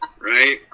right